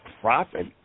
profit